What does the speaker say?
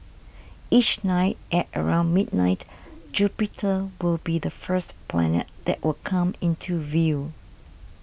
each night at around midnight Jupiter will be the first planet that will come into view